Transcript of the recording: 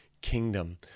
kingdom